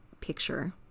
picture